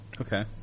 Okay